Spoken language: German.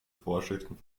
vorschriften